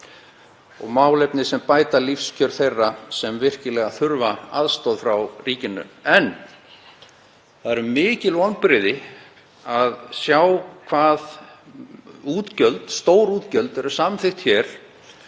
og málefna sem bæta lífskjör þeirra sem virkilega þurfa aðstoð frá ríkinu. En það eru mikil vonbrigði að sjá að útgjöld, stór útgjöld, eru samþykkt hér